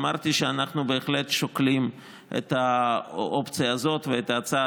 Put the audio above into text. אמרתי שאנחנו בהחלט שוקלים את האופציה הזאת ואת ההצעה